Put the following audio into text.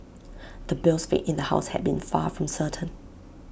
the bill's fate in the house had been far from certain